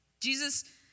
Jesus